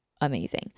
amazing